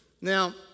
now